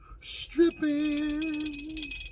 Stripping